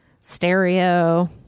stereo